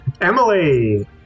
Emily